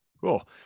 cool